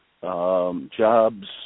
jobs